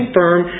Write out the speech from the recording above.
firm